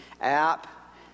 app